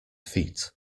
feet